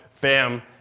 Bam